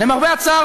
למרבה הצער,